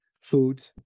food